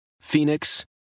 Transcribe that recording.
Phoenix